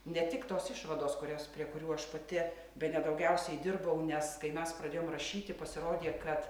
ne tik tos išvados kurias prie kurių aš pati bene daugiausiai dirbau nes kai mes pradėjom rašyti pasirodė kad